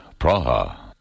Praha